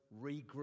regroup